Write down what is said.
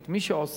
את מי שעושה.